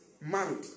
married